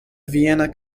vienna